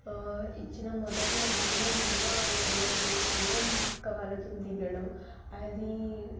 ఇచ్చిన మొదటి ఆనందం రెండో ఆనందం ఏంటంటే మా అక్క వాళ్ళతో దిగడం అది